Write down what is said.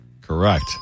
Correct